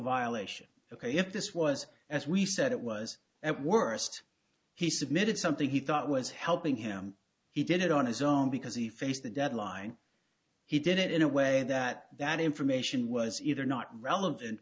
violation ok if this was as we said it was at worst he submitted something he thought was helping him he did it on his own because he faced the deadline he did it in a way that that information was either not relevant